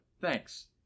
Thanks